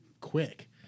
quick